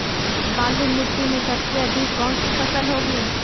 बालू मिट्टी में सबसे अधिक कौन सी फसल होगी?